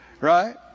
right